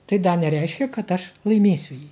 tai dar nereiškia kad aš laimėsiu jį